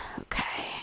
Okay